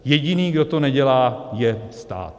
Jediný, kdo to nedělá, je stát.